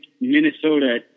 Minnesota